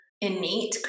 innate